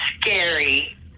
scary